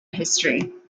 history